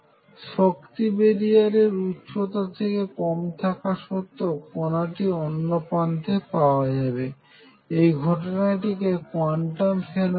শক্তি বেরিয়ারের উচ্চতার থেকে কম থাকা সত্ত্বেও কনাটি অন্যপ্রান্তে পাওয়া যায় এবং এই ঘটনাটি কোয়ান্টাম ফেনোমেনা